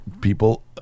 people